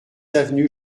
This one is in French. avenue